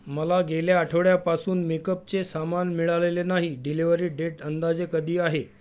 मला गेल्या आठवड्यापासून मेकअपचे सामान मिळालेले नाही डिलेव्हरी डेट अंदाजे कधी आहे